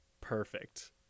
perfect